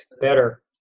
Better